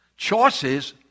Choices